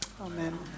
amen